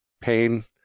pain